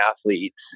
athletes